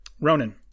Ronan